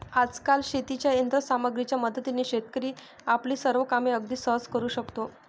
आजकाल शेतीच्या यंत्र सामग्रीच्या मदतीने शेतकरी आपली सर्व कामे अगदी सहज करू शकतो